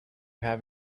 have